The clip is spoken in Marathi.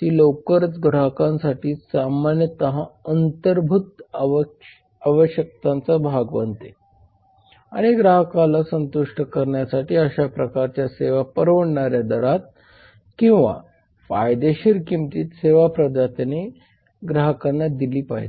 ती लवकरच ग्राहकांसाठी सामान्यतः अंतर्भूत आवश्यकतांचा भाग बनते आणि ग्राहकाला संतुष्ट करण्यासाठी अशा प्रकारच्या सेवा परवडणाऱ्या दरात किंवा फायदेशीर किंमतीत सेवा प्रदात्याने ग्राहकांना दिली पाहिजे